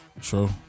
True